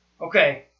Okay